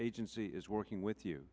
agency is working with you